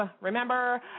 remember